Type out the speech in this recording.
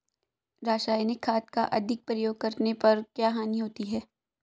रासायनिक खाद का अधिक प्रयोग करने पर क्या हानि होती है?